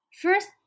First